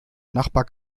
nachbar